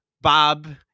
Bob